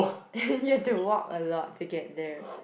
and you have to walk a lot to get there